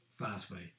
Fastway